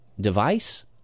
device